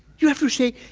you have to say,